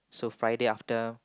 so Friday after